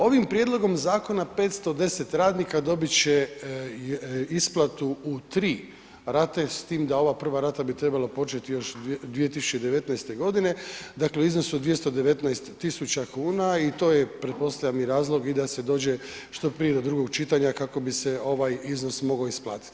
Ovim prijedlogom zakona 510 radnika dobit će isplatu u 3 rate s time da ova prva rata bi trebala početi još 2019. g., dakle u iznosu od 219 tisuća kuna i to je pretpostavljam i razlog da se dođe što prije do drugog čitanja kako bi se ovaj iznos mogao isplatiti.